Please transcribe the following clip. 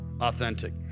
Authentic